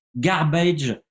garbage